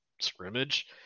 scrimmage